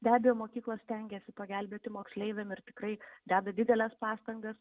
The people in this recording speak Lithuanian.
be abejo mokyklos stengiasi pagelbėti moksleiviam ir tikrai deda dideles pastangas